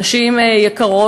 נשים יקרות,